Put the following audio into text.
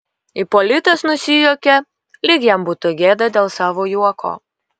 ipolitas nusijuokė lyg jam būtų gėda dėl savo juoko